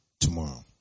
tomorrow